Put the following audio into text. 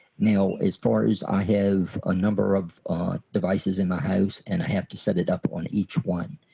now as far as i have a number of devices in my house and i have to set it up on each one.